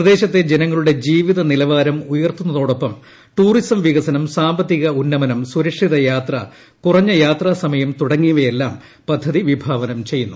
പ്രദേശ ത്തെ ജനങ്ങളുടെ ജീവിത് പനിലവാരം ഉയർത്തുന്നതോടൊപ്പം ടൂറിസം വികസനം ് സ്ണ്പെത്തിക ഉന്നമനം സുരക്ഷിതയാത്ര കുറഞ്ഞ യാത്രാ സമ്യൂട്ട് തുടങ്ങിയവയെല്ലാം പദ്ധതി വിഭാവനം ചെയ്യുന്നു